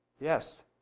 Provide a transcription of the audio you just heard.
Yes